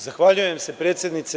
Zahvaljujem se predsednice.